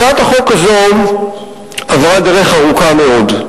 הצעת החוק הזו עברה דרך ארוכה מאוד.